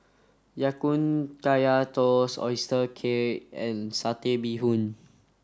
Ya Kun Kaya Toast Oyster Cake and Satay Bee Hoon